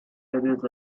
areas